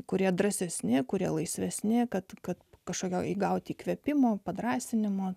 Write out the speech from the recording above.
kurie drąsesni kurie laisvesni kad kad kažkokio įgauti įkvėpimo padrąsinimo